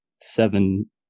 seven